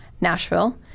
Nashville